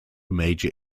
major